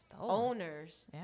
owners